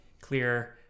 clear